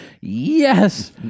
Yes